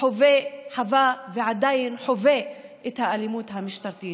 חווה ועדיין חווה את האלימות המשטרתית.